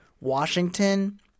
Washington